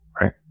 right